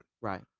Right